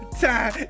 time